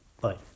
Bye